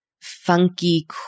Funky